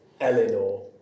Eleanor